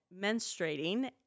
menstruating